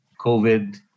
COVID